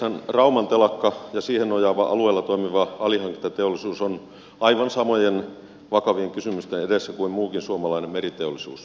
stxn rauman telakka ja siihen nojaava alueella toimiva alihankintateollisuus ovat aivan samojen vakavien kysymysten edessä kuin muukin suomalainen meriteollisuus